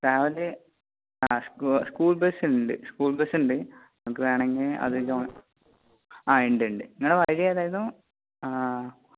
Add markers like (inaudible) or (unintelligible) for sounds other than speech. രാവിലെ school bus ഉണ്ട് school bus ഉണ്ട് നമുക്ക് വേണമെങ്കിൽ (unintelligible) ആ ഉണ്ട് ഉണ്ട് നിങ്ങളുടെ വഴി ഏതായിരുന്നു